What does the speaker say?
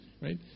right